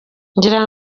ngira